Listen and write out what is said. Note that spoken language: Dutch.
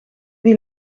die